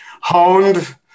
honed